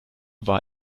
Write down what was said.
war